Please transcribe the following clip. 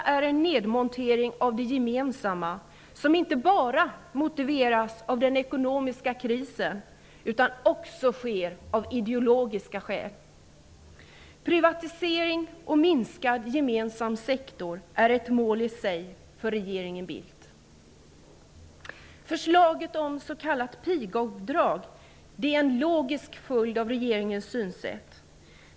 Det är en nedmontering av det gemensamma som inte bara motiveras av den ekonomiska krisen utan som också sker av ideologiska skäl. Privatisering och minskad gemensam sektor är ett mål i sig för regeringen Förslaget om s.k. pigavdrag är en logisk följd av regeringens synsätt.